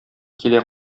килә